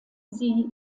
sie